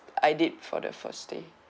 I did for the first stay